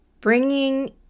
bringing